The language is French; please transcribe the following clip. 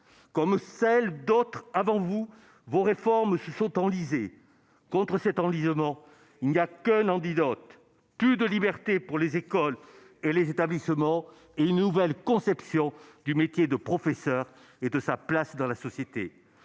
Comme celles d'autres avant vous, vos réformes se sont enlisées. Contre cet enlisement, il n'y a qu'un antidote : plus de liberté pour les écoles et les établissements, et une nouvelle conception du métier de professeur et de sa place dans la société.